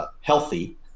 healthy